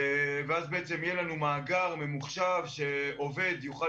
ואז יהיה לנו מאגר ממוחשב שעובד יוכל